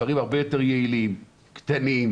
דברים הרבה יותר יעילים, קטנים,